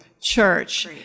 church